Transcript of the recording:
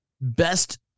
best